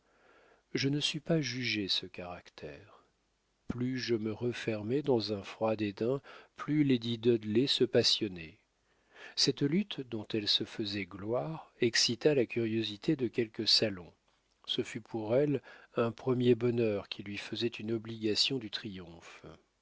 je ne sus pas juger ce caractère plus je me renfermais dans un froid dédain plus lady dudley se passionnait cette lutte dont elle se faisait gloire excita la curiosité de quelques salons ce fut pour elle un premier bonheur qui lui faisait une obligation du